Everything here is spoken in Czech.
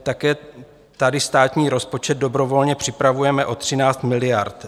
Také tady státní rozpočet dobrovolně připravujeme o 13 miliard.